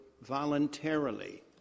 voluntarily